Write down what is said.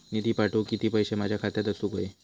निधी पाठवुक किती पैशे माझ्या खात्यात असुक व्हाये?